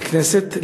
ככנסת,